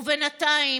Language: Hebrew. ובינתיים,